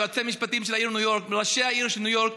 יועצים משפטיים של העיר ניו יורק וראשי העיר של ניו יורק,